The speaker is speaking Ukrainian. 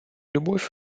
любов